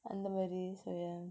அந்தமாரி:anthamaari so yeah